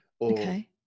Okay